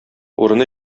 урыны